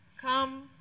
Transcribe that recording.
Come